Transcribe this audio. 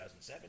2007